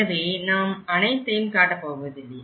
எனவே நான் அனைத்தையும் காட்ட போவதில்லை